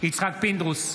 יצחק פינדרוס,